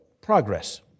progress